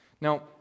Now